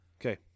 Okay